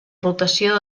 rotació